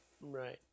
Right